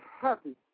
happy